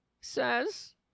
says